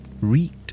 reeked